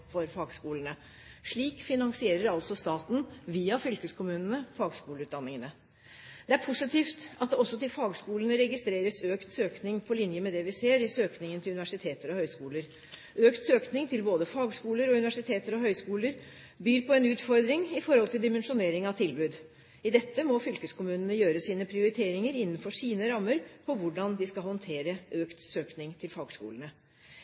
for fagskolene. Slik finansierer altså staten via fylkeskommunene fagskoleutdanningene. Det er positivt at det også til fagskolene registreres økt søkning på linje med det vi ser i søkningen til universiteter og høyskoler. Økt søkning til både fagskoler og universiteter og høyskoler byr på en utfordring med hensyn til dimensjonering av tilbud. I dette må fylkeskommunene gjøre sine prioriteringer innenfor sine rammer når det gjelder hvordan de skal håndtere økt søkning til fagskolene.